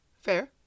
Fair